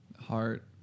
Heart